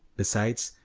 besides,